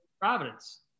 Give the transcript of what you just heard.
Providence